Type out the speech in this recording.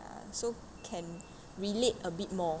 ya so can relate a bit more